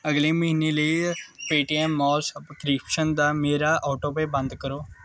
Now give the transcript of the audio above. ਅਗਲੇ ਮਹੀਨੇ ਲਈ ਪੇਟੀਐੱਮ ਮੋਲ ਸਬਕ੍ਰਿਪਸ਼ਨ ਦਾ ਮੇਰਾ ਔਟੋਪੇਅ ਬੰਦ ਕਰੋ